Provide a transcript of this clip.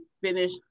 finish